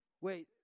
Wait